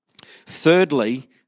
Thirdly